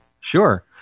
sure